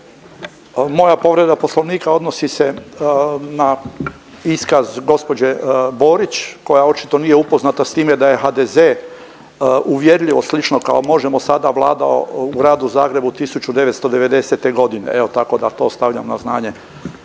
Moja povreda Poslovnika odnosi se na iskaz gđe Borić koja očito nije upoznata s time da je HDZ uvjerljivo, slično kao Možemo! sada vladao u Gradu Zagrebu 1990. g., evo, tako da to stavljam na znanje,